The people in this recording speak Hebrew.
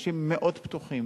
אנשים מאוד פתוחים,